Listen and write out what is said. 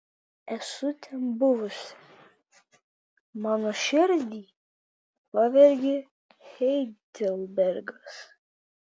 esu ten buvusi mano širdį pavergė heidelbergas